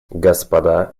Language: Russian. господа